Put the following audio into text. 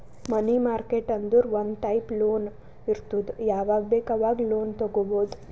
ಮನಿ market ಅಂದುರ್ ಒಂದ್ type loan ಇರ್ತುದ್ ಯಾವಾಗ್ ಬೇಕ್ ಆವಾಗ್ ಲೋನ್ ತಗೊಬೋದ್